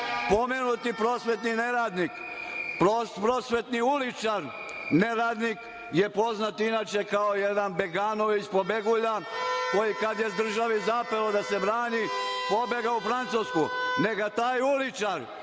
prosvetni neradnik, prosvetni uličar, neradnik je poznat inače kao jedan beganović, pobegulja, koji kada je državi zapelo da se brani pobegao u Francusku. Neka taj uličar,